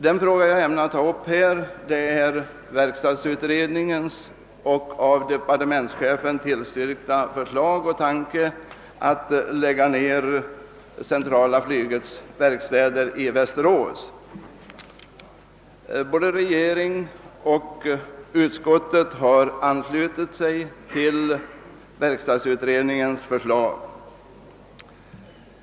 Den fråga jag ämnar ta upp gäller verkstadsutredningens av departementschefen biträdda förslag att lägga ned centrala flygverkstaden i Västerås. Även utskottet ansluter sig till detta förslag.